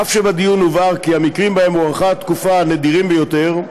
אף שבדיון בוועדה הובהר כי המקרים שבהם הוארכה התקופה נדירים ביותר,